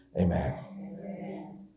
Amen